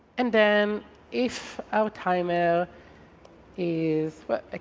and then if our timer is but ah